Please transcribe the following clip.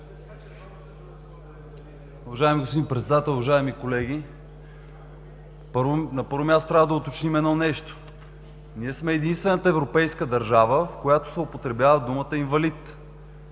Уважаеми господин Председател, уважаеми колеги! На първо място, трябва да уточним едно нещо. Ние сме единствената европейска държава, в която се употребява думата „инвалид“.